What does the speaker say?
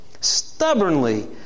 Stubbornly